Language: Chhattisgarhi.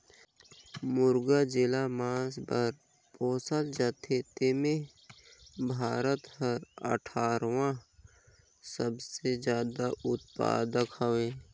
मुरगा जेला मांस बर पोसल जाथे तेम्हे भारत हर अठारहवां सबले जादा उत्पादक हवे